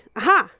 aha